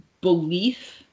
belief